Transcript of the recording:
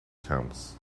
towns